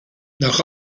nach